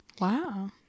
Wow